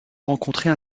rencontrer